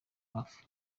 hafi